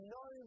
no